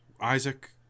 Isaac